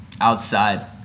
outside